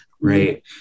Right